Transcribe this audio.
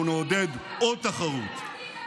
אנחנו נעודד עוד תחרות,